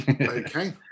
okay